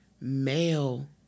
male